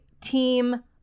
Team